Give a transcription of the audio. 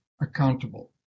accountable